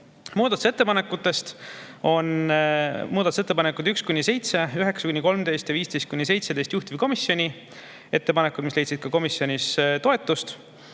Muudatusettepanekutest on 1–7, 9–13 ja 15–17 juhtivkomisjoni ettepanekud, mis leidsid komisjonis toetust,